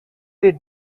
did